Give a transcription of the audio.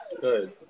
Good